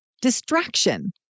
distraction